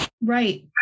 Right